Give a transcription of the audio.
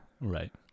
right